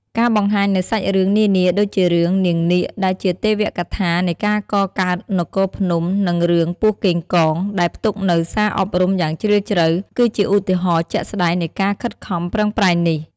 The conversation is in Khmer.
ការបង្ហាញនូវសាច់រឿងនានាដូចជារឿង "នាងនាគ" ដែលជាទេវកថានៃការកកើតនគរភ្នំ និងរឿង "ពស់កេងកង" ដែលផ្ទុកនូវសារអប់រំយ៉ាងជ្រាលជ្រៅ គឺជាឧទាហរណ៍ជាក់ស្ដែងនៃការខិតខំប្រឹងប្រែងនេះ។